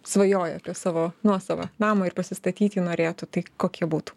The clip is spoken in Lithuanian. svajoja apie savo nuosavą namą ir pasistatyt jį norėtų tai kokie būtų